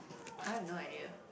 I have no idea